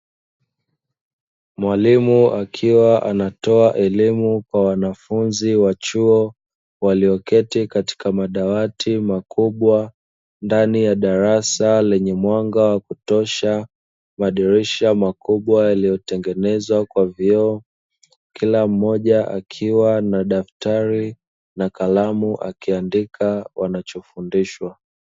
Mwalimu akiwa anatoa elimu kwa wanafunzi wa chuo walioketi katika madawati makubwa ndani ya darasa lenye mwanga wa kutosha madirisha makubwa yaliyotengenezwa kwa vioo kila mmoja akiwa na daftari na kalamu akiandika wanachofundishwa.